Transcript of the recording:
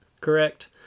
correct